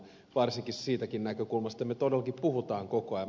varsinkin siitäkin näkökulmasta me todellakin puhumme koko ajan